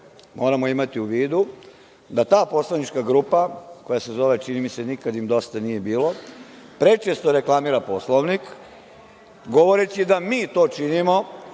moramo imati u vidu, da ta poslanička grupa, koja se zove čini mi se „nikad im dosta nije bilo“, prečesto reklamira Poslovnik govoreći da mi to činimo,